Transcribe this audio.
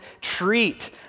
treat